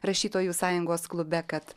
rašytojų sąjungos klube kad